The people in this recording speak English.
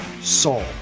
Saul